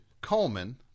Coleman